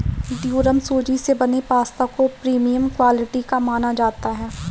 durum सूजी से बने पास्ता को प्रीमियम क्वालिटी का माना जाता है